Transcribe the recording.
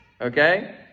Okay